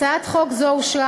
הצעת חוק זו אושרה